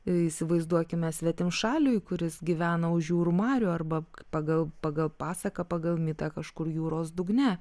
įsivaizduokime svetimšaliui kuris gyvena už jūrų marių arba pagal pagal pasaką pagal mitą kažkur jūros dugne